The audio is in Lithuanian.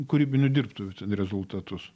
kūrybinių dirbtuvių rezultatus